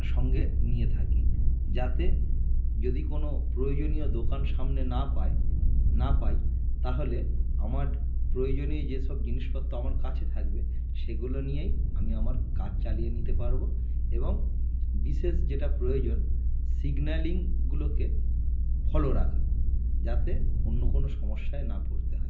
সঙ্গে নিয়ে থাকি যাতে যদি কোনো প্রয়োজনীয় দোকান সামনে না পায় না পাই তাহলে আমার প্রয়োজনীয় যে সব জিনিসপত্র আমার কাছে থাকবে সেগুলো নিয়েই আমি আমার কাজ চালিয়ে নিতে পারবো এবং বিশেষ যেটা প্রয়োজন সিগন্যালিংগুলোকে ফলো রাখা যাতে অন্য কোনো সমস্যায় না পড়তে হয়